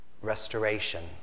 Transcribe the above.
restoration